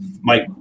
Mike